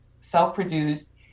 self-produced